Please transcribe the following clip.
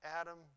Adam